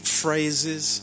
phrases